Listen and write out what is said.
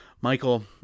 Michael